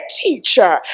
teacher